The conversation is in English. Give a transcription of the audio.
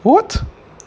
what